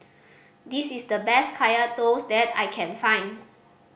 this is the best Kaya Toast that I can find